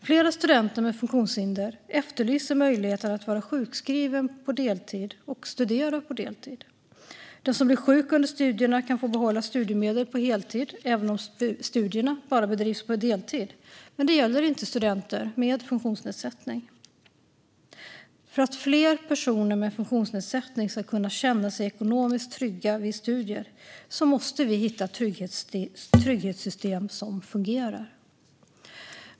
Flera studenter med funktionshinder efterlyser möjligheten att vara sjukskriven på deltid och studera på deltid. Den som blir sjuk under studierna kan få behålla studiemedel på heltid, även om studierna bara bedrivs på deltid. Men det gäller inte studenter med funktionsnedsättning. För att fler personer med funktionsnedsättning ska kunna känna sig ekonomiskt trygga vid studier måste vi hitta trygghetssystem som fungerar.